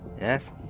Yes